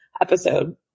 episode